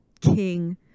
king